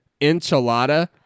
enchilada